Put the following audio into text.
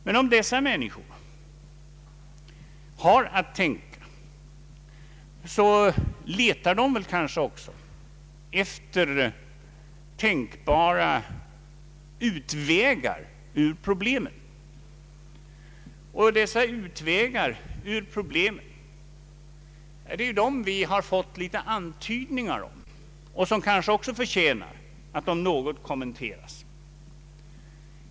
Men när dessa människor har att tänka, letar de också efter möjliga utvägar ur problemen. Det är dessa utvägar vi har fått antydningar om, och de förtjänar också att något kommenteras.